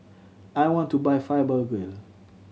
I want to buy Fibogel